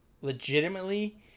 Legitimately